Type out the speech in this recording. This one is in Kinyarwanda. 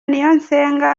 niyonsenga